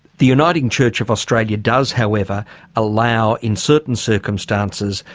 the uniting church of australia does however allow in certain circumstances,